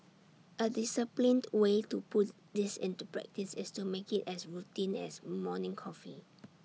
A disciplined way to put this into practice is to make IT as routine as morning coffee